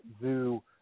Zoo